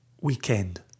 Weekend